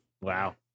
Wow